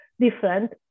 different